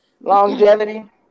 Longevity